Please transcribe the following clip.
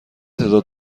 تعداد